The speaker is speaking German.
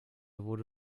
wurde